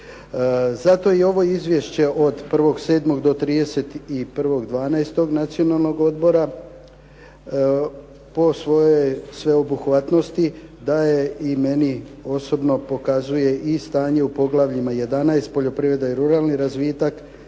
Zato i ovo Izvješće od 1. 7. do 31. 12. Nacionalnog odbora po svojoj obuhvatnosti daje i meni osobno pokazuje i stanje u poglavljima 11. poljoprivreda i ruralni razvitak,